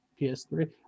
PS3